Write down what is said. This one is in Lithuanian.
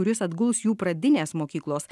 kuris atguls jų pradinės mokyklos